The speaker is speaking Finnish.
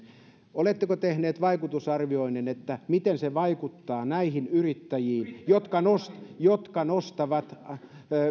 oletteko tehneet vaikutusarvioinnin että miten se vaikuttaa näihin yrittäjiin jotka nostavat